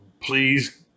please